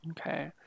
Okay